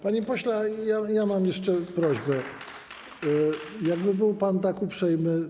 Panie pośle, mam jeszcze prośbę, jakby był pan tak uprzejmy.